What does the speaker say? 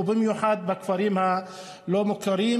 ובמיוחד בכפרים הלא-מוכרים.